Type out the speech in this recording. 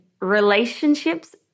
relationships